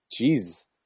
Jeez